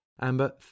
Amber